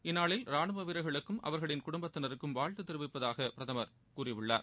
இந்நாளில் ரானுவ வீரர்களுக்கும் அவர்களின் குடும்பத்தினருக்கும் வாழ்த்து தெரிவிப்பதாக பிரதம் கூறியுள்ளார்